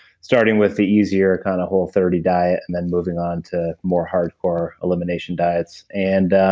starting with the easier kind of whole thirty diet, and then moving onto more hardcore elimination diets and